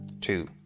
two